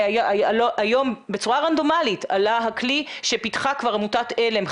היום בצורה רנדומלית עלה הכלי שפיתחה כבר עמותת עלם.